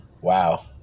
Wow